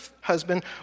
husband